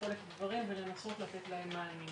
לשקול את הדברים ולנסות לתת להם מענה.